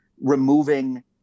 removing